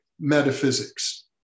metaphysics